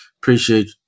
appreciate